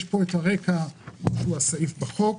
יש פה את הרקע שהוא הסעיף בחוק.